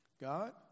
God